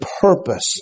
purpose